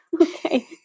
Okay